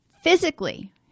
Physically